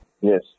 Yes